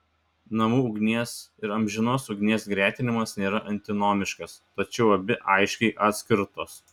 namų ugnies ir amžinos ugnies gretinimas nėra antinomiškas tačiau abi aiškiai atskirtos